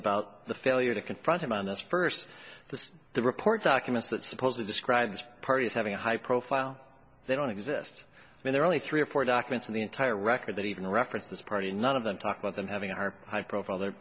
about the failure to confront him on this first to the report documents that supposed to describe his party as having a high profile they don't exist when there are only three or four documents in the entire record that even referenced this party none of them talk about them having our high profile their